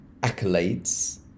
accolades